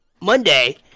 Monday